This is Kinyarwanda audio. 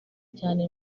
cyane